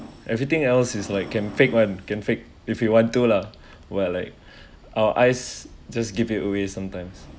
everything else is like can fake one can fake if you want to lah where like our eyes just give it away sometimes